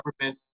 government